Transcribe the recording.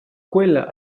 quella